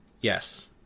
yes